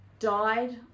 died